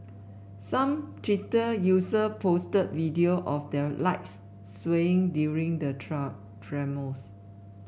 some Twitter user posted video of their lights swaying during the tremors